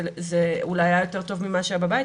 זה אולי היה יותר טוב ממה שהיה בבית,